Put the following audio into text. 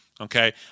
okay